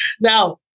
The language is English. Now